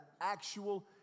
actual